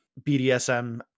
BDSM